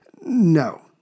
No